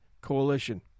coalition